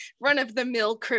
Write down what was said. run-of-the-mill